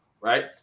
right